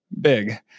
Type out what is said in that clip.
big